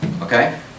Okay